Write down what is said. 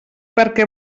perquè